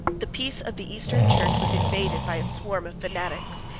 the peace of the eastern church was invaded by a swarm of fanatics,